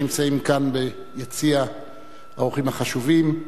שנמצאים כאן ביציע האורחים החשובים,